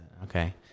Okay